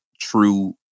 true